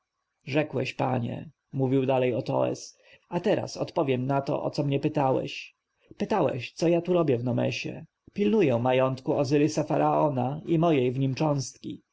rzekłeś panie mówił dalej otoes a teraz odpowiem na to o co mnie pytałeś pytałeś co ja tu robię w nomesie pilnuję majątku ozyrysa-faraona i mojej w nim cząstki